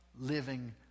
living